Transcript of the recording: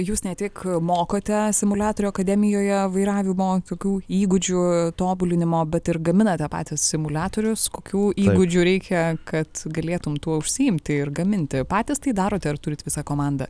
jūs ne tik mokote simuliatorių akademijoje vairavimo kokių įgūdžių tobulinimo bet ir gaminate patys simuliatorius kokių įgūdžių reikia kad galėtum tuo užsiimti ir gaminti patys tai darote ar turit visą komandą